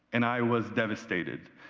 and, i was devastated.